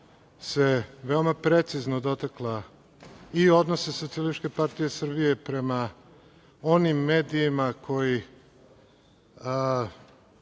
veoma precizno dotakla i odnosa Socijalističke partije Srbije prema onim medijima koji